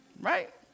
Right